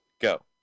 go